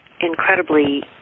incredibly